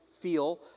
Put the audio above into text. feel